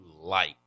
light